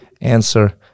answer